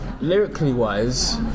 lyrically-wise